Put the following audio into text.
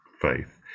faith